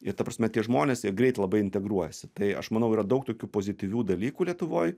ir ta prasme tie žmonės jie greit labai integruojasi tai aš manau yra daug tokių pozityvių dalykų lietuvoj